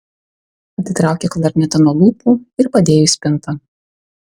atitraukė klarnetą nuo lūpų ir padėjo į spintą